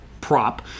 prop